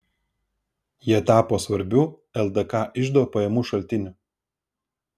jie tapo svarbiu ldk iždo pajamų šaltiniu